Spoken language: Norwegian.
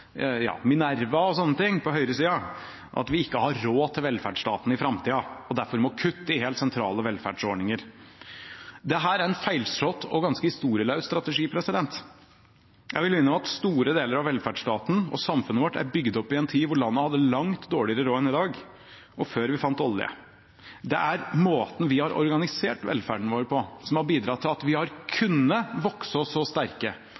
og sånne ting på høyresida – at vi ikke har råd til velferdsstaten i framtida og derfor må kutte i helt sentrale velferdsordninger. Dette er en feilslått og ganske historieløs strategi. Jeg vil minne om at store deler av velferdsstaten og samfunnet vårt er bygd opp i en tid da landet hadde langt dårligere råd enn i dag, og før vi fant olje. Det er måten vi har organisert velferden vår på, som har bidratt til at vi har kunnet vokse oss så sterke